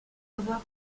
avoir